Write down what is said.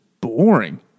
boring